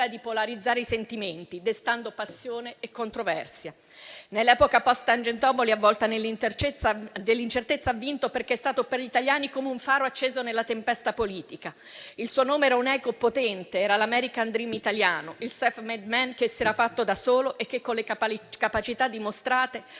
Grazie a tutti